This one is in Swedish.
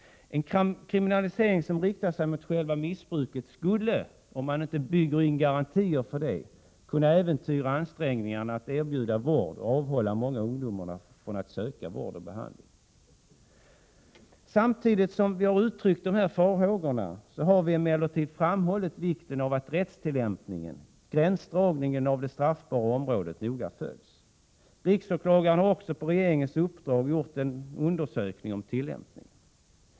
En kriminalisering som riktar sig mot själva missbruket skulle, om man inte bygger in garantier mot det, kunna äventyra ansträngningarna att erbjuda vård och avhålla många ungdomar från att söka vård och behandling. Samtidigt som vi har uttryckt dessa farhågor har vi emellertid framhållit vikten av en riktig rättstillämpning, av att gränsdragningen vad gäller det straffbara området noga följs. Riksåklagaren har också på regeringens uppdrag gjort en undersökning om tillämpningen.